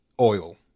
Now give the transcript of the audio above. oil